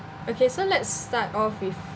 okay so let's start off with